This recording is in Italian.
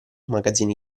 magazzini